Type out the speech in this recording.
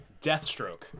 deathstroke